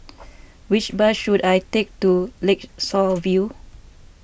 which bus should I take to Lakeshore View